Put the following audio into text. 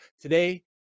Today